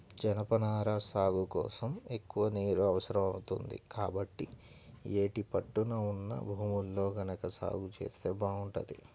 జనపనార సాగు కోసం ఎక్కువ నీరు అవసరం అవుతుంది, కాబట్టి యేటి పట్టున ఉన్న భూముల్లో గనక సాగు జేత్తే బాగుంటది